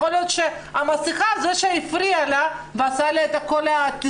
יכול להיות שהמסכה היא זו שהפריעה לה ועשתה לה את כל התסבוכת.